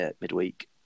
midweek